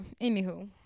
Anywho